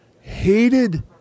hated